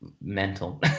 mental